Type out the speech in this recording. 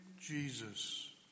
Jesus